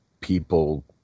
people